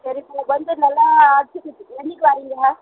சரிப்பா வந்து நல்லா அடிச்சிக்கொடுத்து என்னைக்கு வர்றீங்க